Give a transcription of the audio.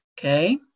Okay